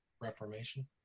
reformation